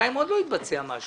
בינתיים עוד לא התבצע משהו.